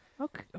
okay